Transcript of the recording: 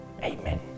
Amen